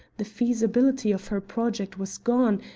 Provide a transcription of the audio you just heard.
the feasibility of her project was gone,